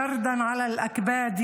הערבית,